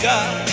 God